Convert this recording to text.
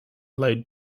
load